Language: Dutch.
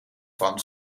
van